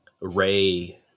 Ray